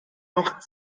noch